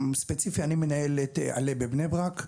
ספציפית אני מנהל את על"ה בבני ברק,